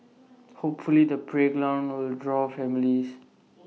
hopefully the playground will draw families